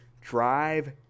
drive